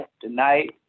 tonight